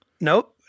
nope